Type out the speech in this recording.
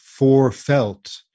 forefelt